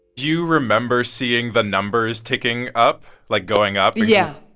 you remember seeing the numbers ticking up, like, going up? or. yeah.